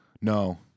No